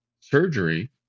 surgery